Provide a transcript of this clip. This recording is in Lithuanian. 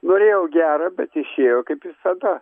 norėjau gera bet išėjo kaip visada